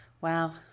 Wow